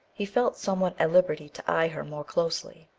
he felt somewhat at liberty to eye her more closely.